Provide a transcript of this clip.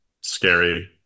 scary